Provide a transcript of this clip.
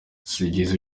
sibyiza